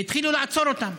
והתחילו לעצור אותם.